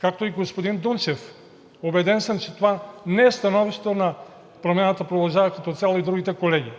както и на господин Дунчев. Убеден съм, че това не е становище на „Продължаваме Промяната“, като цяло на другите колеги.